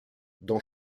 dans